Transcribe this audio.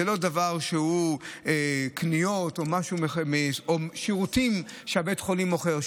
זה לא קניות או שירותים שבית החולים מוכר.